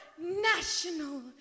national